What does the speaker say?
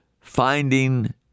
Finding